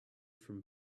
from